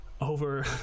over